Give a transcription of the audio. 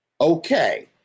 Okay